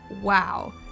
Wow